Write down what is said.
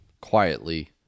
quietly